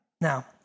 Now